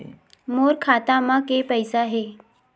मोर खाता म के पईसा हे?